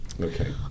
Okay